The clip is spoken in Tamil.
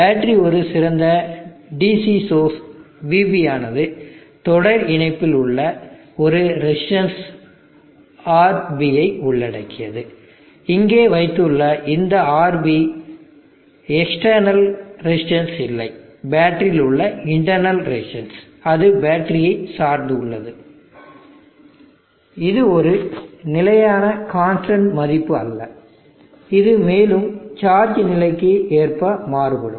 பேட்டரி ஒரு சிறந்த dc சோர்ஸ் vB ஆனது தொடர் இணைப்பில் உள்ள ஒரு ரெசிஸ்டன்ஸ் RB ஐ உள்ளடக்கியது இங்கே வைத்துள்ள இந்த RB எக்ஸ்டர்னல் ரெசிஸ்டன்ஸ் இல்லை பேட்டரியில் உள்ள இன்டர்ணல் ரெசிஸ்டன்ஸ் அது பேட்டரியை சார்ந்து உள்ளது இது ஒரு நிலையான மதிப்பு அல்ல இது மேலும் சார்ஜ் நிலைக்கு ஏற்ப மாறுபடும்